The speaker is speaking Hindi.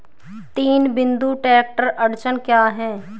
तीन बिंदु ट्रैक्टर अड़चन क्या है?